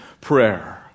prayer